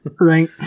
right